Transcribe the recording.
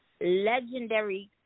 legendary